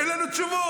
אין לנו תשובות.